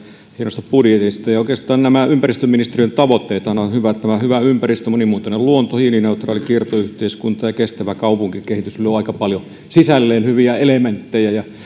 hienosta budjetista ja oikeastaanhan nämä ympäristöministeriön tavoitteet ovat hyvät hyvä ympäristö monimuotoinen luonto hiilineutraali kiertoyhteiskunta ja kestävä kaupunkikehitys luovat sisälleen aika paljon hyviä elementtejä